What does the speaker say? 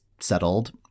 settled